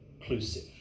inclusive